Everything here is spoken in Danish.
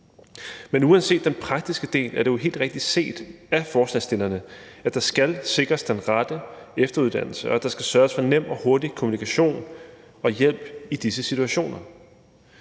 Men uanset den praktiske del er det jo helt rigtigt set af forslagsstillerne, at der skal sikres den rette efteruddannelse, og at der skal sørges for nem og hurtig kommunikation og hjælp i disse situationer.